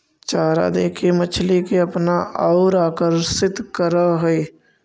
चारा देके मछली के अपना औउर आकर्षित करऽ हई